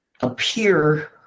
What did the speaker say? appear